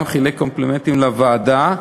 גם חלק קומפלימנטים לוועדה,